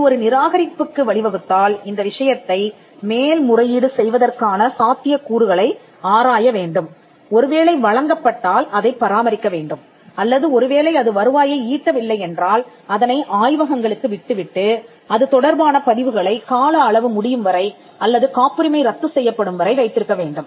இது ஒரு நிராகரிப்புக்கு வழிவகுத்தால் இந்த விஷயத்தை மேல்முறையீடு செய்வதற்கான சாத்தியக்கூறுகளை ஆராய வேண்டும் ஒருவேளை வழங்கப்பட்டால் அதைப் பராமரிக்க வேண்டும் அல்லது ஒருவேளை அது வருவாயை ஈட்ட வில்லை என்றால் அதனை ஆய்வகங்களுக்கு விட்டுவிட்டு அது தொடர்பான பதிவுகளைக் கால அளவு முடியும் வரை அல்லது காப்புரிமை ரத்து செய்யப்படும் வரை வைத்திருக்க வேண்டும்